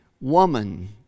Woman